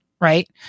Right